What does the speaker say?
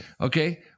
Okay